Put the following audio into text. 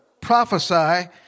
prophesy